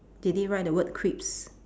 did they write the word crisps